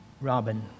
Robin